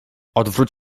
odwróć